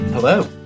Hello